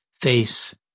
face